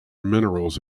minerals